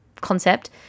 concept